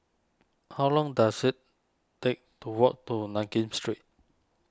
how long does it take to walk to Nankin Street